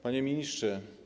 Panie Ministrze!